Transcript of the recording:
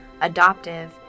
adoptive